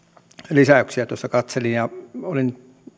lisäyksiä tuossa katselin olin